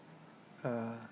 uh